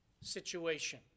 situation